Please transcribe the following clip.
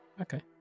Okay